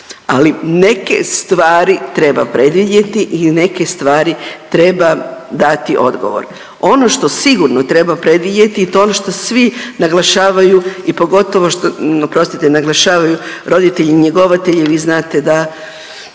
ali neke stvari treba predvidjeti i neke stvari treba dati odgovor. Ono što sigurno treba predvidjeti i to je ono što svi naglašavaju i pogotovo što oprostite naglašavaju roditelji-njegovatelji vi znate da